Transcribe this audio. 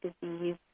disease